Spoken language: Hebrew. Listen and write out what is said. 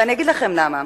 ואני אגיד לכם למה.